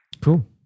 Cool